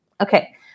Okay